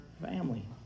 family